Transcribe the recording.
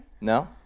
no